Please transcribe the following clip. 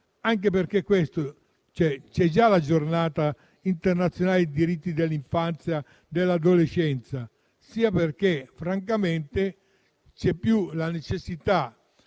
sia perché c'è già la Giornata internazionale dei diritti dell'infanzia e dell'adolescenza, sia perché, francamente, non si avverte la necessità